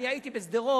אני הייתי בשדרות,